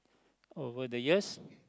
over the years